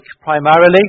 primarily